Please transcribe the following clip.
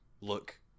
look